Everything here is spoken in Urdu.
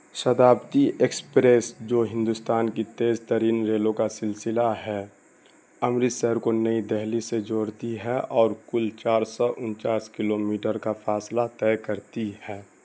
شتابدی ایکسپریس جو ہندوستان کی تیز ترین ریلوں کا سلسلہ ہے امرتسر کو نئی دلی سے جوڑتی ہے اور کل چار سو انچاس کلومیٹر کا فاصلہ طے کرتی ہے